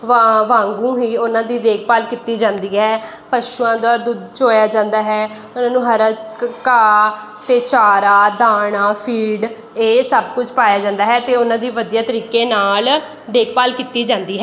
ਵਾ ਵਾਂਗੂ ਹੀ ਉਹਨਾਂ ਦੀ ਦੇਖਭਾਲ ਕੀਤੀ ਜਾਂਦੀ ਹੈ ਪਸ਼ੂਆਂ ਦਾ ਦੁੱਧ ਚੋਇਆ ਜਾਂਦਾ ਹੈ ਪਰ ਉਹਨੂੰ ਹਰਾ ਘ ਘਾਹ ਅਤੇ ਚਾਰਾ ਦਾਣਾ ਫੀਡ ਇਹ ਸਭ ਕੁਝ ਪਾਇਆ ਜਾਂਦਾ ਹੈ ਅਤੇ ਉਹਨਾਂ ਦੀ ਵਧੀਆ ਤਰੀਕੇ ਨਾਲ਼ ਦੇਖਭਾਲ ਕੀਤੀ ਜਾਂਦੀ ਹੈ